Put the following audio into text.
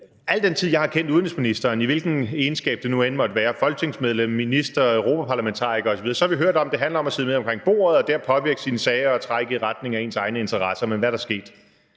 al den tid, jeg har kendt udenrigsministeren, i hvilken egenskab det nu end måtte være – som folketingsmedlem, minister, europaparlamentariker osv. – har vi hørt om, at det handler om at sidde med omkring bordet og det at påvirke sine sager og trække i retning af ens egne interesser. Men hvad er der sket?